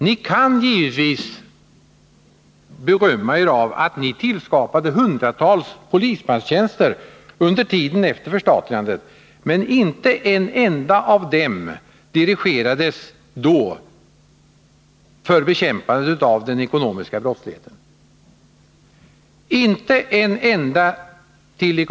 Ni kan givetvis berömma er av att ni tillskapade hundratals polismanstjänster under tiden efter förstatligandet. Men inte en enda av dessa poliser dirigerades då till bekämpandet av den ekonomiska brottsligheten — inte en enda.